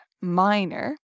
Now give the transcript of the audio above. minor